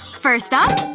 first up?